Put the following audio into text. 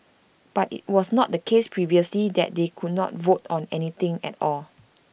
but IT was not the case previously that they could not vote on anything at all